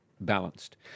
balanced